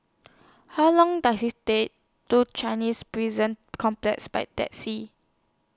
How Long Does IT Take to Chinese Prison Complex By Taxi